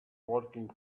working